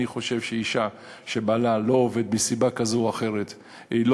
אני חושב שאישה שבעלה לא עובד מסיבה כזאת או אחרת לא